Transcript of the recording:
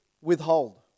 withhold